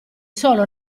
solo